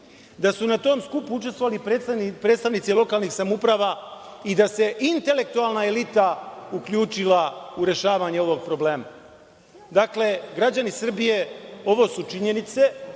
da su na tom skupu učestvovali predstavnici lokalnih samouprava i da se intelektualna elita uključila u rešavanje ovog problema. Dakle, građani Srbije, ovo su činjenice,